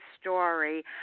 story